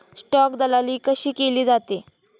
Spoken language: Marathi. स्टॉक दलाली कशी केली जाते?